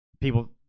people